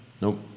Nope